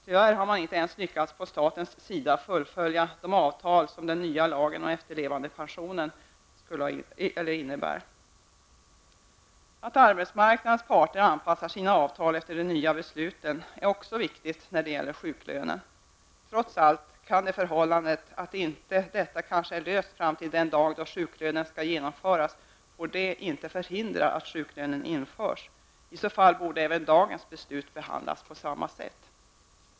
Tyvärr har man inte ens från statens sida lyckats fullfölja de avtal som den nya lagen om efterlevandepensionen borde resulterat i. Att arbetsmarknadens parter anpassar sina avtal efter de nya besluten är också viktigt när det gäller sjuklönen. Trots allt kan det förhållandet att detta kanske inte är löst fram till den dag då systemet med sjuklön skall genomföras inte få förhindra att sjuklönen införs. I så fall borde även det beslut som fattas i dag behandlas på samma sätt.